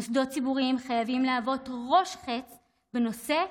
מוסדות ציבוריים חייבים להוות ראש חץ בנושא,